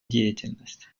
деятельности